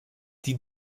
die